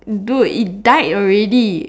dude it died already